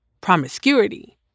promiscuity